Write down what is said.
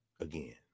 again